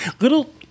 Little